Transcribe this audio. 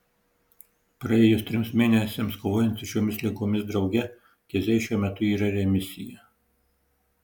praėjus trims mėnesiams kovojant su šiomis ligomis drauge keziai šiuo metu yra remisija